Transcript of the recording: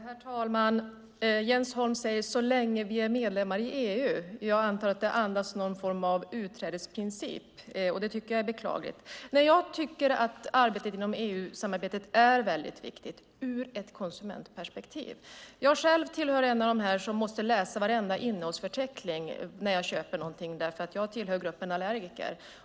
Herr talman! Jens Holm säger: Så länge vi är medlemmar i EU. Jag antar att det andas någon form av utträdesprincip. Det tycker jag är beklagligt. Jag tycker att samarbetet inom EU är viktigt ur ett konsumentperspektiv. Jag själv är en av dem som måste läsa varenda innehållsförteckning när jag köper någonting eftersom jag tillhör gruppen allergiker.